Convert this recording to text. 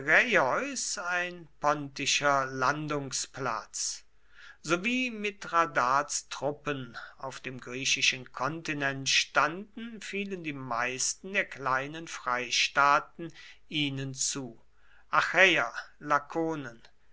ein pontischer landungsplatz sowie mithradats truppen auf dem griechischen kontinent standen fielen die meisten der kleinen freistaaten ihnen zu achäer